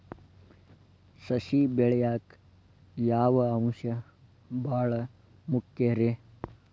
ಸಸಿ ಬೆಳೆಯಾಕ್ ಯಾವ ಅಂಶ ಭಾಳ ಮುಖ್ಯ ರೇ?